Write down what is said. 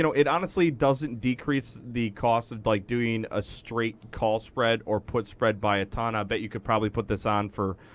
you know it honestly doesn't decrease the cost of doing a straight call spread, or put spread by a ton. i bet you could probably put this on for,